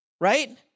right